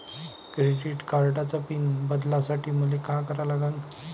Credit कार्डाचा pin बदलासाठी मले का करा लागन?